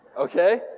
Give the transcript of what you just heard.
Okay